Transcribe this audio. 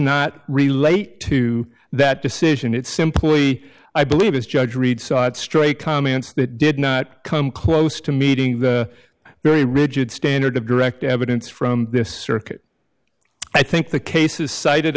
not relate to that decision it simply i believe as judge read saw it straight comments that did not come close to meeting the very rigid standard of direct evidence from this circuit i think the case is cited